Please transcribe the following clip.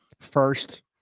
First